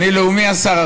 אני לאומי, שר